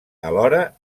alhora